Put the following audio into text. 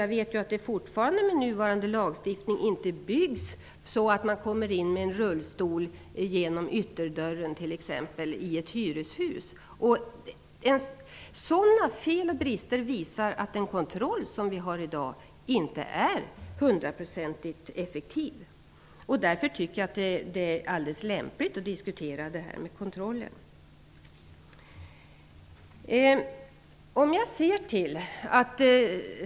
Under nuvarande lagstiftning byggs det fortfarande så att det inte går att komma in med en rullstol genom ytterdörren till en lägenhet i ett hyreshus. Sådana fel och brister visar att dagens kontroll inte är hundraprocentigt effektiv. Därför tycker jag att det är lämpligt att diskutera frågan om kontroll.